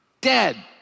dead